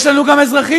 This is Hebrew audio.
יש לנו גם אזרחים,